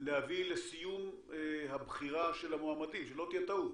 להביא לסיום הבחירה של המועמדים, שלא תהיה טעות.